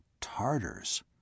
Tartars